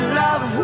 love